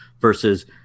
versus